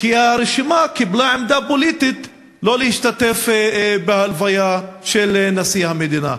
כי הרשימה קיבלה עמדה פוליטית שלא להשתתף בהלוויה של נשיא המדינה.